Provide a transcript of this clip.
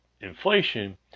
inflation